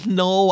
no